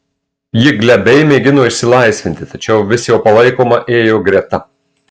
ji glebiai mėgino išsilaisvinti tačiau vis jo palaikoma ėjo greta